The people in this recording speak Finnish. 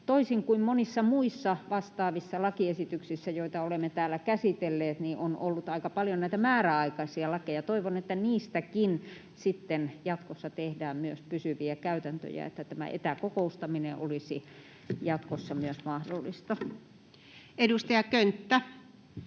toisin kuin monissa muissa vastaavissa lakiesityksissä, joita olemme täällä käsitelleet, on ollut aika paljon määräaikaisia lakeja. Toivon, että niistäkin sitten jatkossa tehdään pysyviä käytäntöjä, niin että myös etäkokoustaminen olisi mahdollista. [Speech 27]